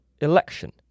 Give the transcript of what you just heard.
election